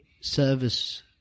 service